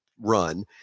run